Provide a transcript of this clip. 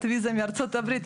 השני,